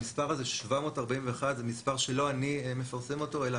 המספר 741 זה מספר שלא אני מפרסם אלא